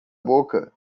boca